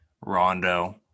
Rondo